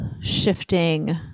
shifting